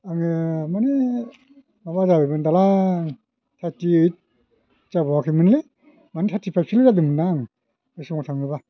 आङो माने माबा जाबायमोनदालां थारथिओइथ जाबावाखैमोनलै माने थारथिफाइबसोल' जादोंमोन आं बे समाव थाङोबा